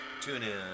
TuneIn